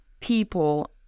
people